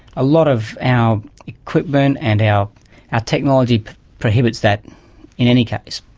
a lot of our equipment and our ah technology prohibits that in any case,